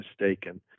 mistaken